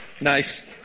Nice